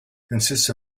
consists